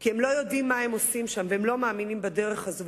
כי הם לא יודעים מה הם עושים שם והם לא מאמינים בדרך הזאת.